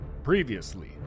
previously